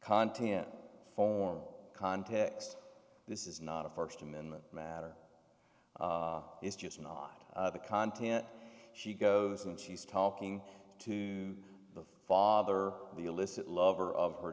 content for context this is not a first amendment matter is just not the content she goes and she's talking to the father the illicit lover of her